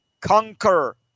conquer